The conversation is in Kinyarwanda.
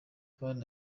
abana